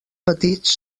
petits